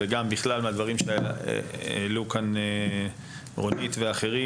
ומהדברים שהעלו כאן רונית והאחרים.